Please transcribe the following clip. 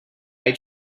eye